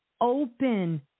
Open